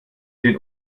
den